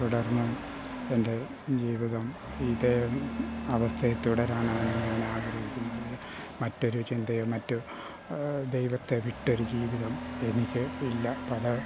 തുടർന്നും എൻ്റെ ജീവിതം ഇതേ അവസ്ഥയിൽ തുടരാനാണ് ഞാൻ ആഗ്രഹിക്കുന്നത് മറ്റൊരു ചിന്തയോ മറ്റ് ദൈവത്തെ വിട്ട് ഒരു ജീവിതം എനിക്ക് ഇല്ല പല